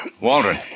Waldron